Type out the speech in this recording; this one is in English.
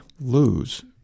lose